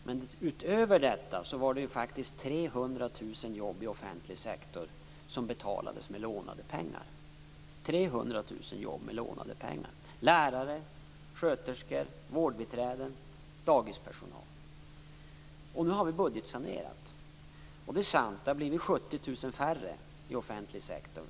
Men utöver detta var det faktiskt 300 000 jobb i offentlig sektor som betalades med lånade pengar. Det var 300 000 jobb med lånade pengar. Det var lärare, sköterskor, vårdbiträden och dagispersonal. Nu har vi budgetsanerat. Det är sant att det har blivit 70 000 färre i offentlig sektor.